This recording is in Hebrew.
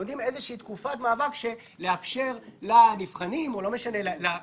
נותנים איזושהי תקופת מעבר כדי לאפשר לנבחנים או לגוף